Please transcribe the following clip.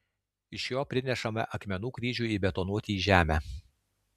iš jo prinešame akmenų kryžiui įbetonuoti į žemę